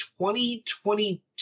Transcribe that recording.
2022